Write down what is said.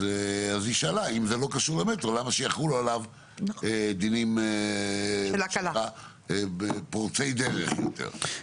אז היא שאלה אם זה לא קשור למטרו למה שיחולו עליו דינים פורצי דרך יותר.